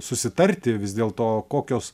susitarti vis dėlto kokios